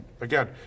Again